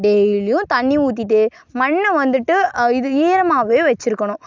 டெய்லியும் தண்ணி ஊத்திவிட்டு மண்ணை வந்துவிட்டு இது ஈரமாகவே வைச்சிருக்கணும்